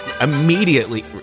immediately